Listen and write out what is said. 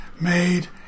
made